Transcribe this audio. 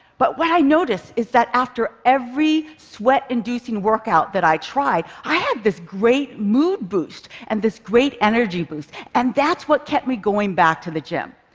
but what i noticed is that after every sweat-inducing workout that i tried, i had this great mood boost and this great energy boost. and that's what kept me going back to the gym.